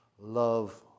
Love